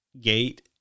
gate